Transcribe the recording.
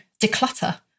declutter